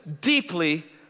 deeply